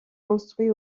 construit